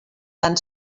tan